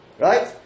Right